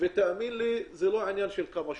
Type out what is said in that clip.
זה לא עניין של כמה שוטרים,